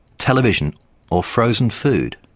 television or frozen food.